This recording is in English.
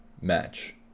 match